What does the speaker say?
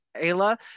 Ayla